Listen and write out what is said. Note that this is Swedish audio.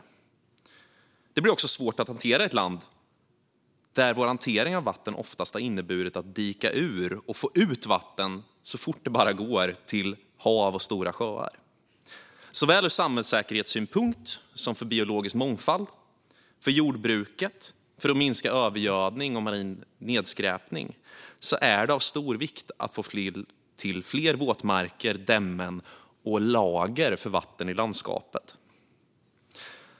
Detta blir också svårt att hantera i ett land där hanteringen av vatten oftast har inneburit att dika ur och få ut vatten så fort det bara går till hav och stora sjöar. Såväl ur samhällssäkerhetssynpunkt som för biologisk mångfald och jordbruket, liksom för att minska övergödning och marin nedskräpning, är det av stor vikt att få till fler våtmarker, dämmen och lager för vatten i landskapet.